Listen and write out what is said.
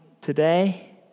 today